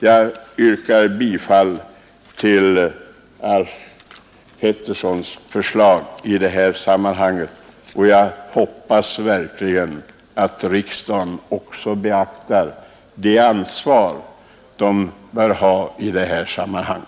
Jag yrkar bifall till herr Alf Petterssons förslag och hoppas verkligen att riksdagen också beaktar sitt ansvar i detta sammanhang.